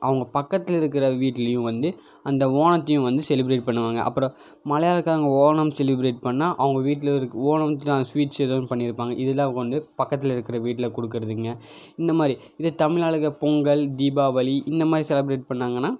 அவங்க பக்கத்தில் இருக்கிற வீட்லேயும் வந்து அந்த ஓணத்தையும் வந்து செலிப்ரேட் பண்ணுவாங்க அப்றம் மலையாளகாரங்க ஓணம் செலிப்ரேட் பண்ணால் அவங்க வீட்லேயே இருக்குது ஓணமுக்கு நாங்கள் சுவீட்ஸ் எதுவும் பண்ணியிருப்பாங்க இது தான் அவங்க வந்து பக்கத்தில் இருக்கிற வீட்டில் கொடுக்குறதுங்க இந்த மாதிரி இதே தமிழ் ஆளுகள் பொங்கல் தீபாவளி இந்த மாதிரி செலப்ரேட் பண்ணாங்கனா